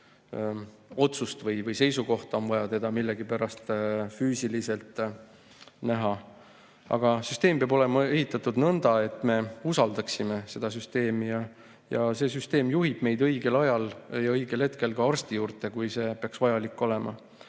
otsust või seisukohta. On vaja teda millegipärast füüsiliselt näha. Aga süsteem peab olema ehitatud nõnda, et me usaldaksime seda süsteemi ning see süsteem juhib meid õigel ajal ja õigel hetkel ka arsti juurde, kui see peaks vajalik